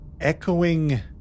echoing